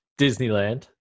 Disneyland